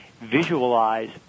visualize